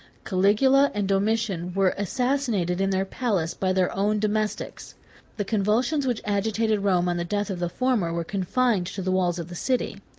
caligula and domitian were assassinated in their palace by their own domestics the convulsions which agitated rome on the death of the former, were confined to the walls of the city.